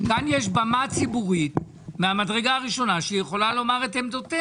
כאן יש במה ציבורית מהמדרגה הראשונה שהיא יכולה לומר את עמדותיה.